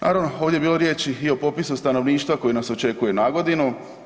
Naravno, ovdje je bilo riječi i o popisu stanovništva koji nas očekuje i nagodinu.